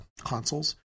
consoles